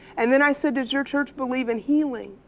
and then i said, does your church believe in healing?